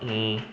mm